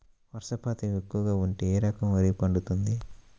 వర్షపాతం ఎక్కువగా ఉంటే ఏ రకం వరి పండుతుంది?